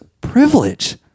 privilege